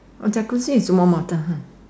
on Jacuzzi is warm water